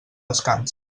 descans